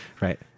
right